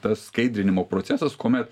tas skaidrinimo procesas kuomet